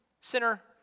sinner